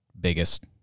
biggest